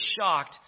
shocked